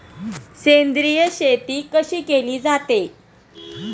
सेंद्रिय शेती कशी केली जाते?